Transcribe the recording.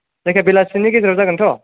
जायखिया बेलासिनि गेजेराव जागोनथ'